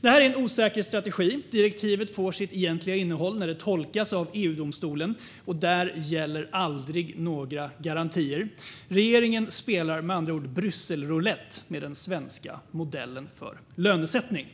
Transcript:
Det här är en osäker strategi. Direktivet får sitt egentliga innehåll när det tolkas av EU-domstolen, och där gäller aldrig några garantier. Regeringen spelar med andra ord Brysselroulett med den svenska modellen för lönesättning.